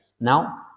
now